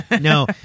No